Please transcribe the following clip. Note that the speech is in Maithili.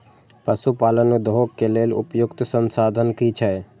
पशु पालन उद्योग के लेल उपयुक्त संसाधन की छै?